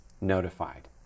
notified